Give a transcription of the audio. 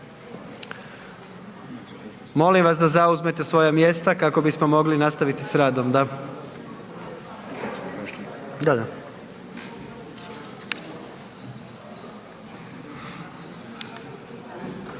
molim vas da zauzmete svoja mjesta kako bismo mogli nastaviti s radom.